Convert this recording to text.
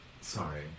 Sorry